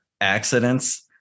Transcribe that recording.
accidents